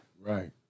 Right